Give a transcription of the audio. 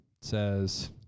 says